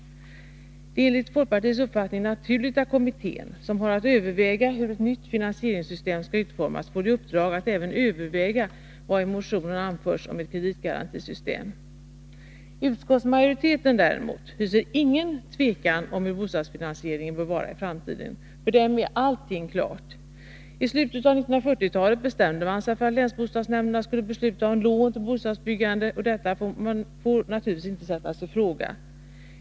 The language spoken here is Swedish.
Det är enligt folkpartiets uppfattning naturligt att kommittén, som ju har att överväga hur ett nytt finansieringssystem skall utformas, får i uppdrag att även överväga vad i motionen anförts om ett kreditgarantisystem. Utskottsmajoriteten däremot hyser ingen tvekan om hur bostadsfinansieringen bör vara i framtiden. För den är allt klart. I slutet av 1940-talet bestämde man sig för att länsbostadsnämnderna skulle besluta om lån till bostadsbyggandet, och detta får naturligtvis inte sättas i fråga.